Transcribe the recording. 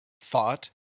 thought